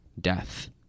death